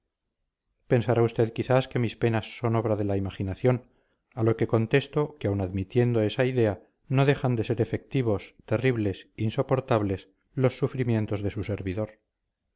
pensará usted quizás que mis penas son obra de la imaginación a lo que contesto que aun admitiendo esa idea no dejan de ser efectivos terribles insoportables los sufrimientos de su servidor